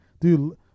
dude